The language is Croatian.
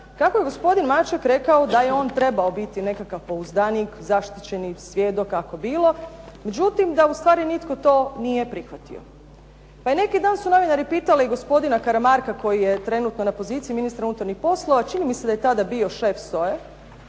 kako je gospodin Maček rekao da je on trebao biti nekakav pouzdanik, zaštićeni svjedok kako bilo, međutim da ustvari to nitko nije prihvatio. Pa i neki dan su novinari pitali gospodina Kramarka koji je trenutno na poziciji ministra unutarnjih poslova, čini mi se da je tada bio šef SOA-e,